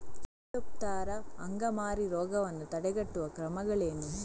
Phytophthora ಅಂಗಮಾರಿ ರೋಗವನ್ನು ತಡೆಗಟ್ಟುವ ಕ್ರಮಗಳೇನು?